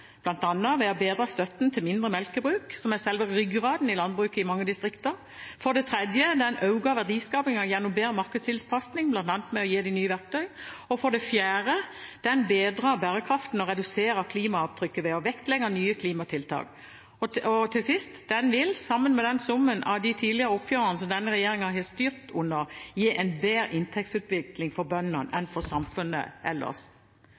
bl.a. ved å bedre støtten til mindre melkebruk, som er selve ryggraden i landbruket i mange distrikter. For det tredje: Den øker verdiskapingen gjennom bedre markedstilpasning, bl.a. ved å gi nye verktøy. For det fjerde: Den bedrer bærekraften og reduserer klimaavtrykket ved å vektlegge nye klimatiltak. Til sist: Den vil, sammen med summen av de tidligere oppgjørene som denne regjeringen har styrt under, gi en bedre inntektsutvikling for bøndene